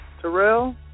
Terrell